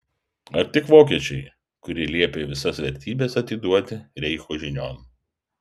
ar tik vokiečiai kurie liepė visas vertybes atiduoti reicho žinion